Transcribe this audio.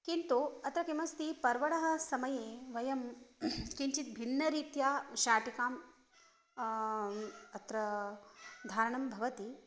किन्तु अत्र किमस्ति पर्वतः समये वयं किञ्चित् भिन्नरीत्या शाटिकाम् अत्र धारणं भवति